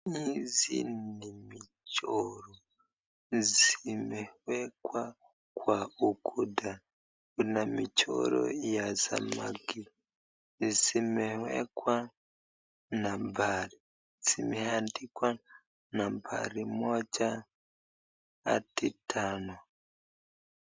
Hizi ni michoro zimewekwa kwa ukuta kuna michoro ya samaki zimewekwa nambari zimeandikwa nambari moja hadi tano.